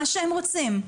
מה שלהם רוצים.